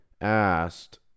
asked